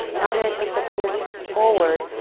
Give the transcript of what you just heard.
now we're going to take the fingertips forward.